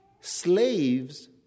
slaves